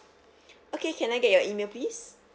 okay can I get your email please